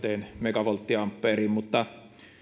megavolttiampeeriin mutta